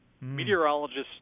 meteorologists